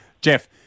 Jeff